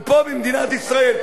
ופה, במדינת ישראל.